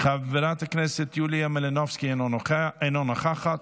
חברת הכנסת יוליה מלינובסקי, אינה נוכחת,